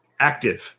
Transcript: Active